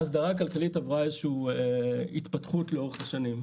ההסדרה הכלכלית עברה איזושהי התפתחות לאורך השנים.